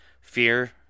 Fear